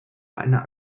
einer